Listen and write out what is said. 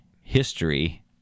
history